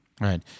Right